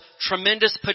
tremendous